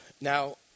Now